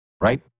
Right